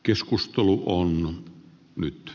keskustelu on nyt